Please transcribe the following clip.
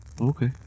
Okay